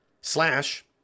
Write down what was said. slash